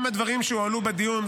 גם הדברים שהועלו בדיון,